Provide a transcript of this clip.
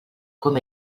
com